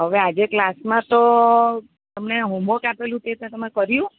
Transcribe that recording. હવે આજે ક્લાસમાં તો તમને હોમવર્ક આપેલું તે તમે કર્યું